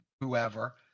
whoever